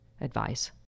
advice